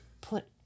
put